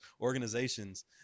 organizations